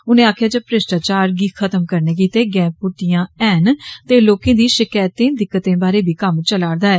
उनें आक्खेआ जे भ्रश्टाचार गी खत्म करने गिते गै पुट्टीया ऐन ते लोकें दी षकैतें दिक्कतें बारै बी कम्म चलारे दा ऐ